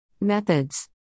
Methods